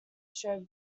show